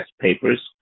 papers